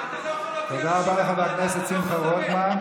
לחבר הכנסת שמחה רוטמן.